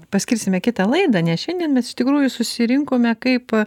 paskirsime kitą laidą nes šiandien mes iš tikrųjų susirinkome kaip